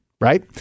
Right